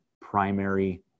primary